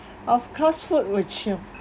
of course food which you